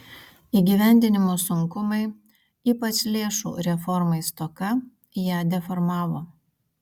įgyvendinimo sunkumai ypač lėšų reformai stoka ją deformavo